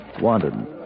Wanted